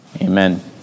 Amen